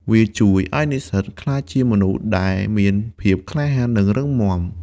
វាជួយឱ្យនិស្សិតក្លាយជាមនុស្សដែលមានភាពក្លាហាន និងរឹងមាំ។